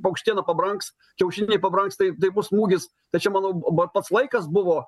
paukštiena pabrangs kiaušiniai pabrangs tai tai bus smūgis tai čia manau buvo pats laikas buvo